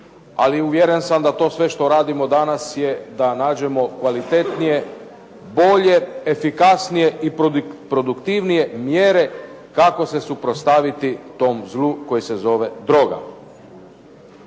ali uvjeren sam da to sve što radimo danas je da nađemo kvalitetnije, bolje, efikasnije i produktivnije mjere kako se suprotstaviti tom zlu koje se zove droga.